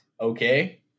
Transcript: okay